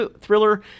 thriller